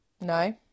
No